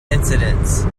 incidents